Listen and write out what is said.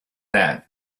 that